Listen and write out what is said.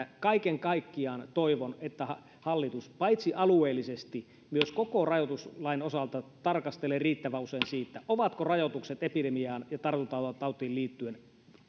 kaiken kaikkiaan toivon että hallitus paitsi alueellisesti myös koko rajoituslain osalta tarkastelee riittävän usein sitä ovatko rajoitukset epidemiaan ja tartuntatautiin liittyen